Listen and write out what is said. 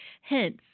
Hence